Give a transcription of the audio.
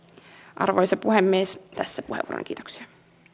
arvoisa puhemies tässä puheenvuoroni kiitoksia